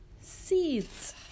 seeds